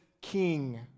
king